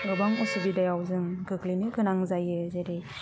गोबां असुबिदायाव जों गोग्लैनो गोनां जायो जेरै